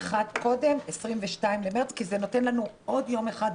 מה שאנחנו דנים בו עבר בקריאה הטרומית,